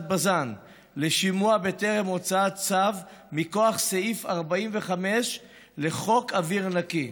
בז"ן לשימוע בטרם הוצאת צו מכוח סעיף 45 לחוק אוויר נקי.